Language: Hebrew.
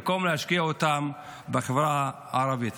במקום להשקיע אותם בחברה הערבית.